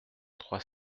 trois